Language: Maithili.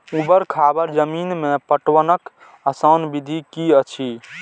ऊवर खावर जमीन में पटवनक आसान विधि की अछि?